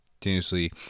continuously